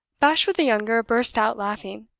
bashwood the younger burst out laughing.